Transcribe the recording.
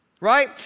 right